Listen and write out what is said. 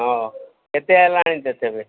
ହଁ କେତେ ହେଲାଣି ତ ତେବେ